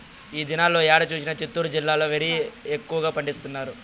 ఈ దినాల్లో ఏడ చూసినా చిత్తూరు జిల్లాలో వరి ఎక్కువగా పండిస్తారు